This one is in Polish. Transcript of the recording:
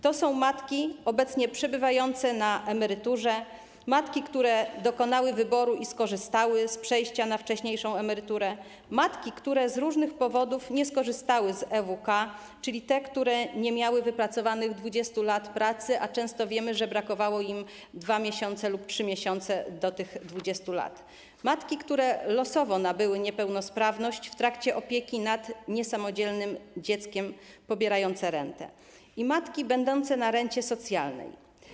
To są matki obecnie przebywające na emeryturze, matki, które dokonały wyboru i skorzystały z przejścia na wcześniejszą emeryturę, matki, które z różnych powodów nie skorzystały z EWK, czyli te, które nie miały wypracowanych 20 lat pracy, a często wiemy, że brakowało im 2 lub 3 miesięcy do tych 20 lat, matki pobierające rentę, które losowo nabyły niepełnosprawność w trakcie opieki nad niesamodzielnym dzieckiem i matki będące na rencie socjalnej.